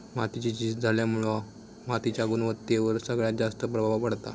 मातीची झीज झाल्यामुळा मातीच्या गुणवत्तेवर सगळ्यात जास्त प्रभाव पडता